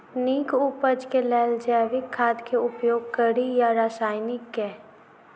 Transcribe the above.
नीक उपज केँ लेल जैविक खाद केँ उपयोग कड़ी या रासायनिक केँ?